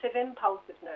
impulsiveness